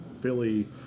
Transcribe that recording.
Philly